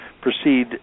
proceed